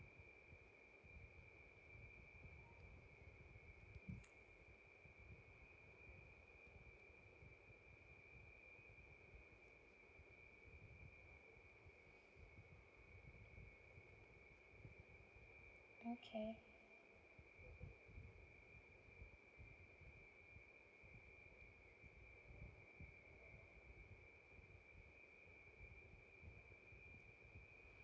okay